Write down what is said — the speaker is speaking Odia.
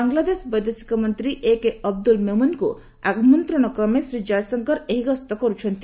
ବାଂଲାଦେଶ ବୈଦେଶିକ ମନ୍ତ୍ରୀ ଏକେ ଅବଦୁଲ୍ଲ ମୋମେନ୍ଙ୍କ ଆମନ୍ତ୍ରଣ କ୍ରମେ ଶ୍ରୀ ଜୟଶଙ୍କର ଏହି ଗସ୍ତ କରୁଛନ୍ତି